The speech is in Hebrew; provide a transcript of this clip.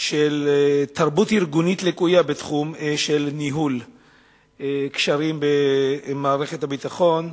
של תרבות ארגונית לקויה בתחום של ניהול וקשרים במערכת הביטחון.